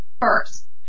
first